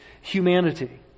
humanity